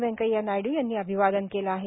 व्यंकय्या नायडू यांनी अभिवादन केलं आहे